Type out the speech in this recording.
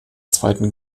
zweiten